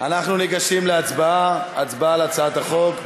אנחנו ניגשים להצבעה, הצבעה על הצעת החוק.